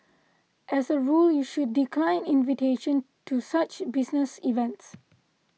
as a rule you should decline invitations to such business events